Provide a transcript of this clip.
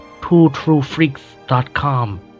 twotruefreaks.com